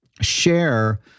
share